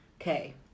Okay